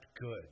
good